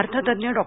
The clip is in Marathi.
अर्थतज्ञ डॉ